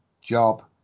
job